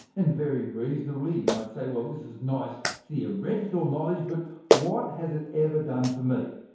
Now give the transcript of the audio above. and very reasonably, you might say, well, this is nice theoretical knowledge, but what has it ever done for me?